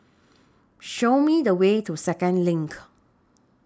Show Me The Way to Second LINK